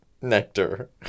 nectar